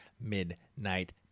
Midnight